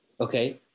Okay